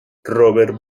robert